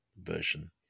version